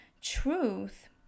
truth